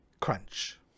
crunch